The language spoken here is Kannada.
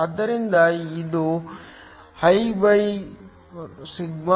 ಆದ್ದರಿಂದ ಇದು lσ lA